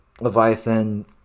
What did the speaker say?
Leviathan